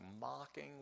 mocking